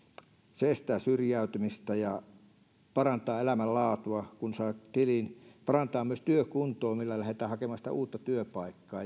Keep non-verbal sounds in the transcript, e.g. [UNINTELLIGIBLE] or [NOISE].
se estää syrjäytymistä ja parantaa elämänlaatua kun saa tilin parantaa myös työkuntoa millä lähdetään hakemaan uutta työpaikkaa [UNINTELLIGIBLE]